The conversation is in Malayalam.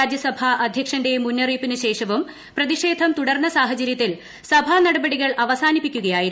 രാജ്യസഭാ അധ്യക്ഷന്റെ മുന്നറിയിപ്പിനു ശേഷവും പ്രതിഷേധം തുടർന്ന സാഹചര്യത്തിൽ സഭാ നടപടികൾ ക അവസാനിപ്പിക്കുകയായിരുന്നു